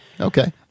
Okay